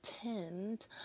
attend